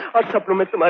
pilgrimage. and like